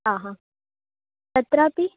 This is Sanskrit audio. आ हा तत्रापि